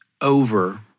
over